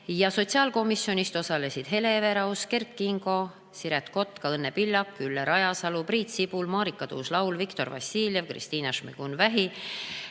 ja sotsiaalkomisjonist Hele Everaus, Kert Kingo, Siret Kotka, Õnne Pillak, Ülle Rajasalu, Priit Sibul, Marika Tuus-Laul, Viktor Vassiljev, Kristina Šmigun-Vähi